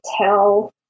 tell